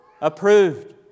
approved